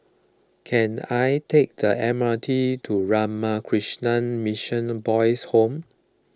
can I take the M R T to Ramakrishna Mission Boys' Home